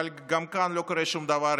אבל גם כאן לא קורה שום דבר,